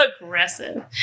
aggressive